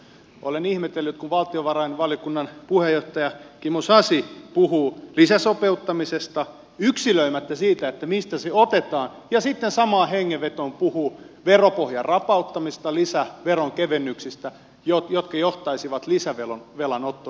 olen ihmetellyt kun valtiovarainvaliokunnan puheenjohtaja kimmo sasi puhuu lisäsopeuttamisesta yksilöimättä sitä mistä se otetaan ja sitten samaan hengenvetoon puhuu veropohjan rapauttamisesta lisäveronkevennyksistä jotka johtaisivat lisävelan ottoon